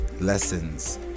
lessons